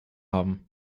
haben